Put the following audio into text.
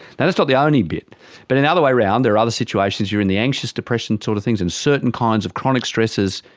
that's not the only bit but in another way around there are other situations, you're in the anxious depression sort of things and certain kinds of chronic stresses,